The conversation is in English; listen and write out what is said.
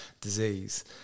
disease